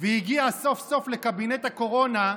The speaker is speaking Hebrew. והגיע סוף-סוף לקבינט הקורונה,